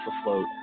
afloat